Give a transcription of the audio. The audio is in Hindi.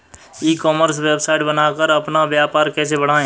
ई कॉमर्स वेबसाइट बनाकर अपना व्यापार कैसे बढ़ाएँ?